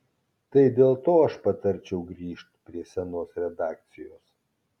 tai dėl to aš patarčiau grįžt prie senos redakcijos